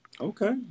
Okay